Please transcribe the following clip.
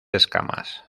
escamas